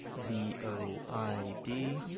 v o i d.